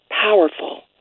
powerful